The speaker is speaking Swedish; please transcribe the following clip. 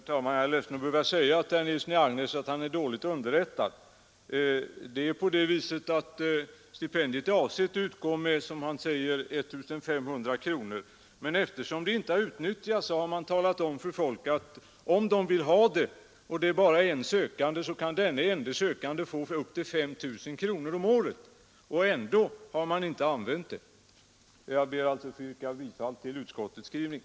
Herr talman! Jag är ledsen att behöva säga till herr Nilsson i Agnäs att han är dåligt underrättad. Det är på det viset att stipendiet är avsett att utgå med, som herr Nilsson i Agnäs säger, 1 500 kronor. Men eftersom stipendiet inte utnyttjats har man talat om för folk att om någon vill ha stipendiet och det bara är en sökande, så kan denne ende sökande få upp till 5 000 kronor om året. Ändå har stipendiet inte utnyttjats. Jag vidhåller alltså yrkandet om bifall till utskottets hemställan.